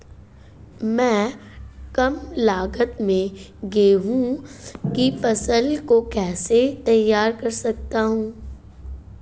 मैं कम लागत में गेहूँ की फसल को कैसे तैयार कर सकता हूँ?